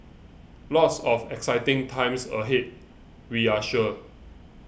lots of exciting times ahead we are sure